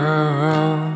Girl